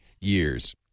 years